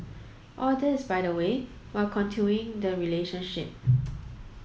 all this by the way while continuing the relationship